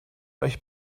euch